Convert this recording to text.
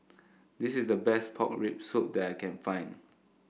this is the best Pork Rib Soup that I can find